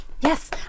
Yes